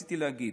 שרציתי להגיד.